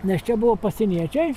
nes čia buvo pasieniečiai